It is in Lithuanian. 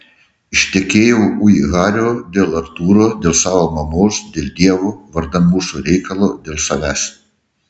ištekėjau ui hario dėl artūro dėl savo mamos dėl dievo vardan mūsų reikalo dėl savęs